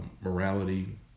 morality